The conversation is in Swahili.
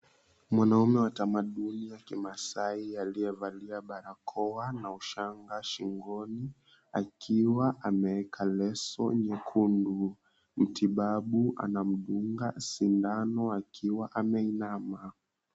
Mwanaume wa tamaduni ya kimaasai aliyevalia barakoa na ushanga shingoni akiwa ameweka leso nyekundu, mtibabu anamdunga sindano akiwa ameinama.